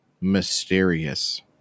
mysterious